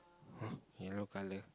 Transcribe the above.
!huh! yellow colour